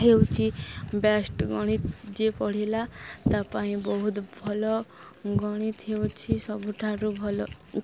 ହେଉଛି ବେଷ୍ଟ ଗଣିତ ଯିଏ ପଢ଼ିଲା ତା ପାଇଁ ବହୁତ ଭଲ ଗଣିତ ହେଉଛି ସବୁଠାରୁ ଭଲ